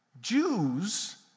Jews